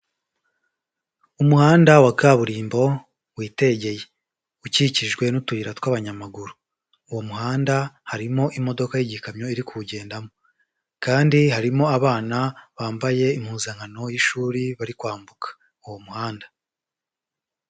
Umuhanda wa kaburimbo, witegeye. Ukikijwe n'utuyira tw'abanyamaguru. Uwo muhanda harimo imodoka y'ikamyo iri kuwugendamo. Kandi harimo abana bambaye impuzankano y'ishuri bari kwambuka uwo muhanda.